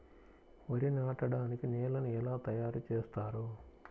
వరి నాటడానికి నేలను ఎలా తయారు చేస్తారు?